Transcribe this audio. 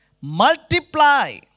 Multiply